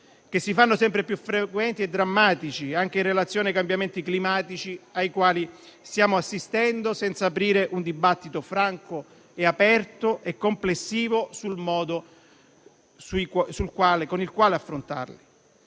che si fanno sempre più frequenti e drammatici, anche in relazione ai cambiamenti climatici ai quali siamo assistendo, senza aprire un dibattito franco, aperto e complessivo sul modo con il quale affrontarli.